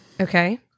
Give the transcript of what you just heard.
Okay